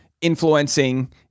influencing